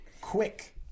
quick